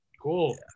cool